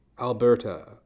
Alberta